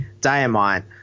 Diamond